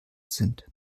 sind